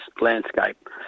landscape